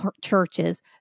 churches